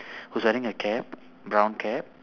who's wearing a cap brown cap